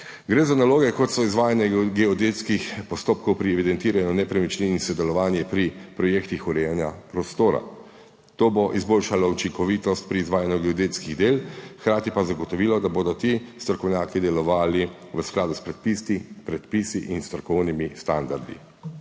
Gre za naloge, kot so izvajanje geodetskih postopkov pri evidentiranju nepremičnin in sodelovanje pri projektih urejanja prostora. To bo izboljšalo učinkovitost pri izvajanju geodetskih del, hkrati pa zagotovilo, da bodo ti strokovnjaki delovali v skladu s predpisi in strokovnimi standardi.